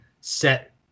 set